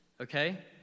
okay